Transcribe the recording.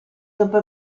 dopo